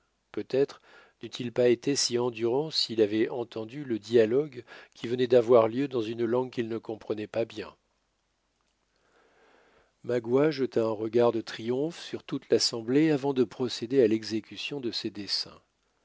peut-être n'eût-il pas été si endurant s'il avait entendu le dialogue qui venait d'avoir lieu dans une langue qu'il ne comprenait pas bien magua jeta un regard de triomphe sur toute l'assemblée avant de procéder à l'exécution de ses desseins